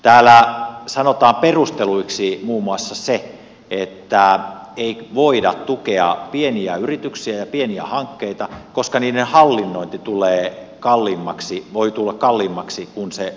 täällä sanotaan perusteluiksi muun muassa se että ei voida tukea pieniä yrityksiä ja pieniä hankkeita koska niiden hallinnointi tulee kalliimmaksi voi tulla kalliimmaksi kuin se hanke